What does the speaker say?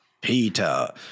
Peter